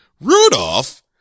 rudolph